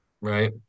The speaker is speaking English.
Right